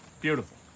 Beautiful